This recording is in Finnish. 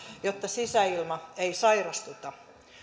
jotta sisäilma ei sairastuta